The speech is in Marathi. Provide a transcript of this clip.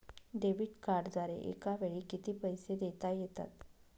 डेबिट कार्डद्वारे एकावेळी किती पैसे देता येतात?